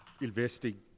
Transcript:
investing